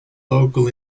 local